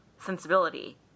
sensibility